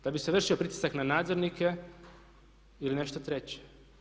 Da bi se vršio pritisak na nadzornike ili nešto treće?